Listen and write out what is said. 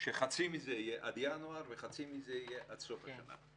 שחצי מזה יהיה עד ינואר וחצי מזה יהיה עד סוף השנה.